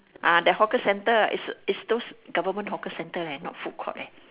ah that hawker centre is is those government hawker centre leh not those food court eh